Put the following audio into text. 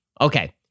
Okay